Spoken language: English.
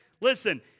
Listen